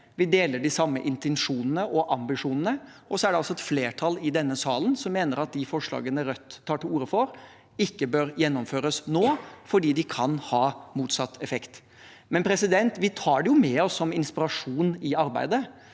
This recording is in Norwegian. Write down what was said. Vi deler de samme intensjonene og ambisjonene, og så er det et flertall i denne salen som mener at de forslagene Rødt tar til orde for, ikke bør gjennomføres nå, fordi de kan ha motsatt effekt. Men vi tar det med oss som inspirasjon i arbeidet,